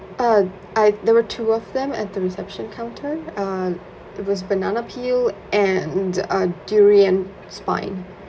uh I there were two of them at the reception counter uh it was banana peel and uh durian spine